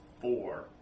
four